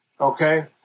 Okay